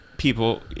People